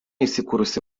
įsikūrusi